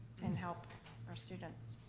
and help our students.